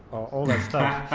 all that stuff.